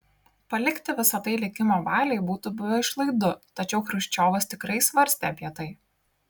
palikti visa tai likimo valiai būtų buvę išlaidu tačiau chruščiovas tikrai svarstė apie tai